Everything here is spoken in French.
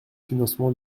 financement